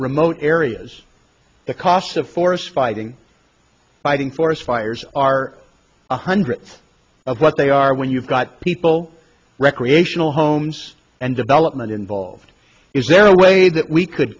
remote areas the cost of forest fighting fighting forest fires are one hundredth of what they are when you've got people recreational homes and development involved is there a way that we could